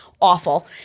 Awful